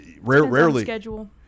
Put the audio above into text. rarely